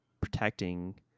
protecting